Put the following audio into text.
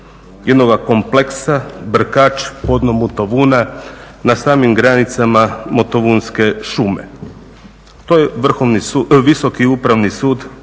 Hvala vam